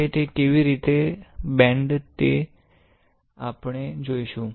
હવે તે કેવી રીતે વળશે તે આપણે જોઈશું